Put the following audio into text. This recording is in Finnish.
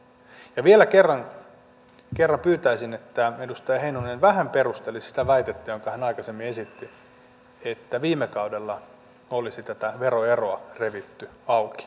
ja vielä kerran pyytäisin että edustaja heinonen vähän perustelisi sitä väitettä jonka hän aikaisemmin esitti että viime kaudella olisi tätä veroeroa revitty auki eläkkeensaajien ja palkansaajien osalta